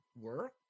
work